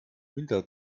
winter